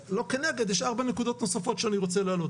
יש ארבע נקודות נוספות שאני רוצה להעלות.